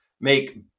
make